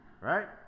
Right